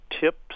tips